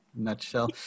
nutshell